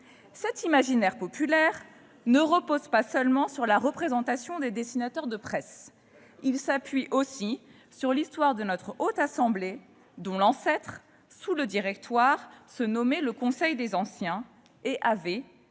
Cet imaginaire populaire ne repose pas seulement sur la représentation des dessinateurs de presse ; il s'appuie sur l'histoire de la Haute Assemblée, dont l'ancêtre, sous le Directoire, se nommait le Conseil des Anciens et avait